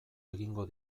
egingo